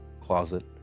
closet